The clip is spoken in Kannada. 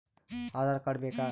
ಆಧಾರ್ ಕಾರ್ಡ್ ಬೇಕಾ?